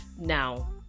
Now